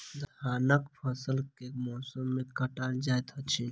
धानक फसल केँ मौसम मे काटल जाइत अछि?